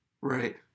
Right